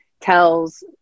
tells